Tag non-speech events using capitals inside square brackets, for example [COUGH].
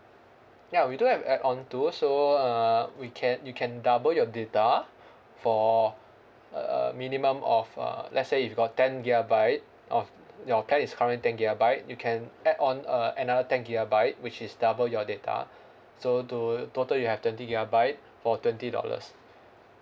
ya we do have add on too so uh we can you can double your data [BREATH] for a minimum of uh let's say if you got ten gigabyte of your plan is current ten gigabyte you can add on uh another ten gigabyte which is double your data [BREATH] so to total you have twenty gigabyte for twenty dollars